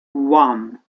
one